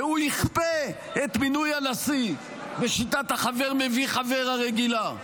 והוא יכפה את מינוי הנשיא בשיטת החבר מביא חבר הרגילה.